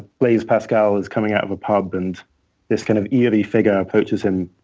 blaise pascal is coming out of a pub, and this kind of eerie figure approaches him